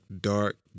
dark